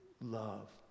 love